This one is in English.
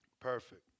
Perfect